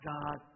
God